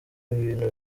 bintu